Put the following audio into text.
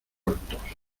altos